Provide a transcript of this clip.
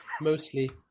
Mostly